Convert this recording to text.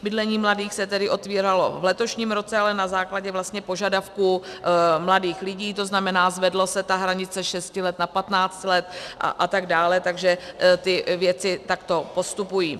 Bydlení mladých se otevíralo v letošním roce, ale na základě požadavků mladých lidí, to znamená, zvedla se hranice šesti let na patnáct let atd., takže ty věci takto postupují.